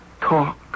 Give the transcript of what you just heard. talk